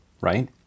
right